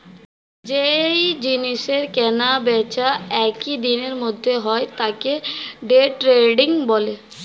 যেই জিনিসের কেনা বেচা একই দিনের মধ্যে হয় তাকে ডে ট্রেডিং বলে